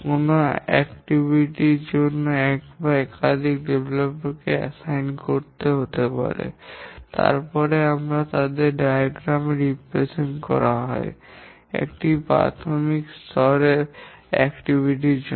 কোনও কার্যকলাপ র জন্য এক বা একাধিক বিকাশকারী কে নির্ধারিত করতে হতে পারে তবে তারপরে ডায়াগ্রামে চিত্রিতed করা হয় একটি পারমাণবিক স্তরের কার্যকলাপ এর জন্য